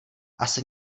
asi